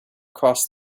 cross